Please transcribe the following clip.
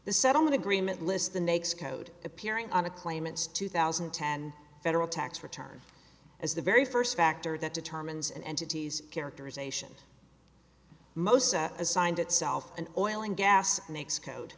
the settlement agreement lists the nakes code appearing on a claimants two thousand and ten federal tax return as the very first factor that determines an entity's characterization most assigned itself an oil and gas mix code